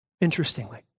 Interestingly